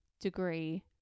degree